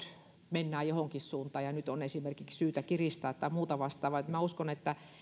mennään johonkin suuntaan ja nyt on esimerkiksi syytä kiristää tai muuta vastaavaa uskon että